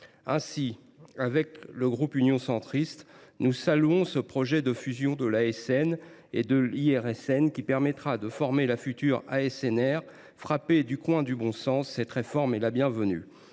Ainsi, le groupe Union Centriste soutient ce projet de fusion de l’ASN et de l’IRSN, qui permettra de former la future ASNR. Frappée du coin du bon sens, cette réforme est la bienvenue.